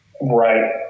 Right